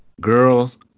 Girls